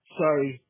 sorry